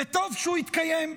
וטוב שהוא התקיים,